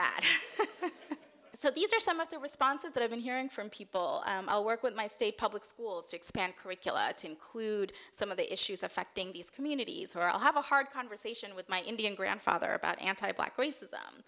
that so these are some of the responses that i've been hearing from people i work with my state public schools to expand curriculum to include some of the issues affecting these communities where i have a hard conversation with my indian grandfather about anti black racism